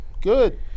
Good